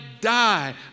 die